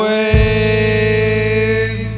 Wave